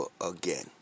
again